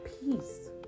Peace